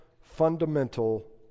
fundamental